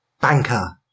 Banker